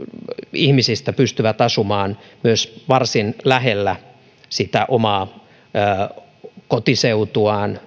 ihmisistä pystyvät asumaan myös varsin lähellä sitä omaa kotiseutuaan